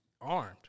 armed